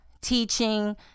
teaching